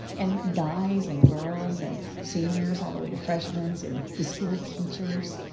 and guys, and girls, and seniors, all the way to freshmens, and the school teachers.